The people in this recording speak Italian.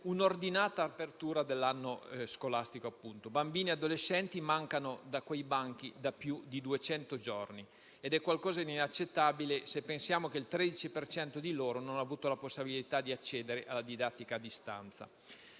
un'ordinata apertura dell'anno scolastico. Bambini e adolescenti mancano da quei banchi da più di duecento giorni ed è qualcosa di inaccettabile, se pensiamo che il 13 per cento di loro non ha avuto la possibilità di accedere alla didattica a distanza.